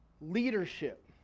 leadership